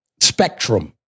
spectrum